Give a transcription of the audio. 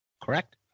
Correct